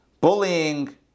bullying